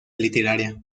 literaria